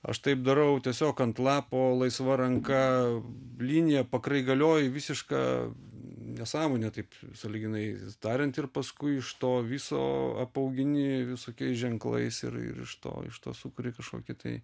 aš taip darau tiesiog ant lapo laisva ranka blyninėj pakraigalioji visišką nesąmonę taip sąlyginai tariant ir paskui iš to viso apaugini visokiais ženklais ir iš to iš to sukuri kažkokį tai